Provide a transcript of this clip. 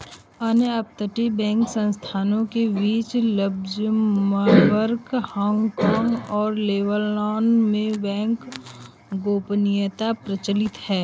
अन्य अपतटीय बैंकिंग संस्थानों के बीच लक्ज़मबर्ग, हांगकांग और लेबनान में बैंकिंग गोपनीयता प्रचलित है